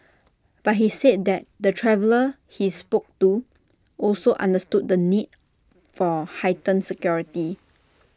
but he said that the travellers he spoke to also understood the need for heightened security